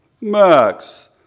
Max